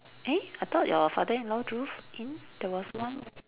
eh I thought your father-in-law drove in there was once